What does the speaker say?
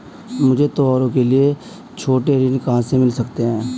मुझे त्योहारों के लिए छोटे ऋण कहां से मिल सकते हैं?